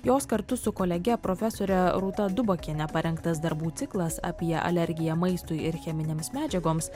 jos kartu su kolege profesore rūta dubakiene parengtas darbų ciklas apie alergiją maistui ir cheminėms medžiagoms